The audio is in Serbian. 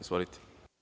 Izvolite.